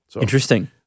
Interesting